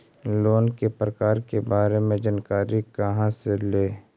Loan के प्रकार के बारे मे जानकारी कहा से ले?